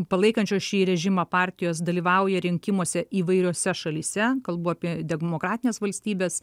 palaikančios šį režimą partijos dalyvauja rinkimuose įvairiose šalyse kalbu apie demokratines valstybes